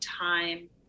time